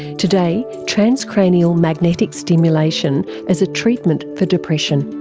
today, transcranial magnetic stimulation as a treatment for depression.